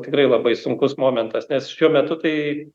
tikrai labai sunkus momentas nes šiuo metu tai